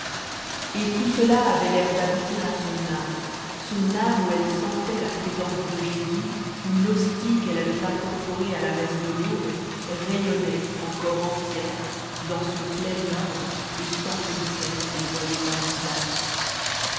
et tout cela avait l'air d'aboutir à son âme son âme où elle sentait la présence de jésus où l'hostie qu'elle avait incorporée à la messe de l'aube rayonnait encore entière dans son plein orbe au centre duquel elle voyait un visage